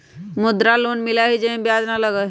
मुद्रा लोन मिलहई जे में ब्याज न लगहई?